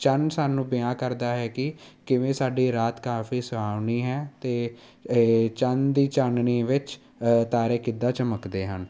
ਚੰਨ ਸਾਨੂੰ ਬਿਆਨ ਕਰਦਾ ਹੈਗੀ ਕਿ ਕਿਵੇਂ ਸਾਡੀ ਰਾਤ ਕਾਫੀ ਸੁਹਾਵਣੀ ਹੈ ਅਤੇ ਇਹ ਚੰਦ ਦੀ ਚਾਨਣੀ ਵਿੱਚ ਤਾਰੇ ਕਿੱਦਾਂ ਚਮਕਦੇ ਹਨ